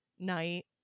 night